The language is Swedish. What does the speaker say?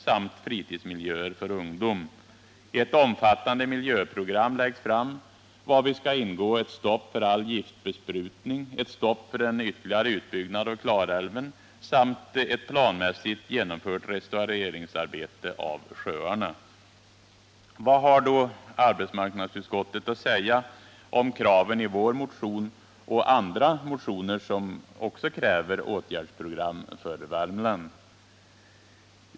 Ett omfattande miljöprogram läggs fram i vilket skall ingå ett stopp för all giftbesprutning, ett stopp för ytterligare utbyggnad av Klarälven samt ett planmässigt genomfört restaureringsarbete av sjöarna. Vad har då arbetsmarknadsutskottet att säga om kraven i vår motion och andra motioner som också kräver ett åtgärdsprogram för Värmland?